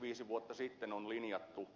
viisi vuotta sitten on linjattu